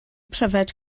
pryfed